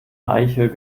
eichel